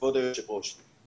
כבוד היושבת-ראש,